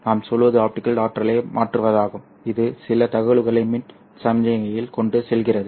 நாம் சொல்வது ஆப்டிகல் ஆற்றலை மாற்றுவதாகும் இது சில தகவல்களை மின் சமிக்ஞையில் கொண்டு செல்கிறது